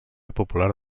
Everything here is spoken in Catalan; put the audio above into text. popular